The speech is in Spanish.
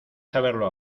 saberlo